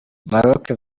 marco